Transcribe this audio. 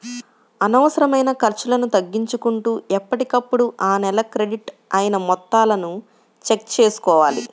అనవసరమైన ఖర్చులను తగ్గించుకుంటూ ఎప్పటికప్పుడు ఆ నెల క్రెడిట్ అయిన మొత్తాలను చెక్ చేసుకోవాలి